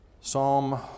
Psalm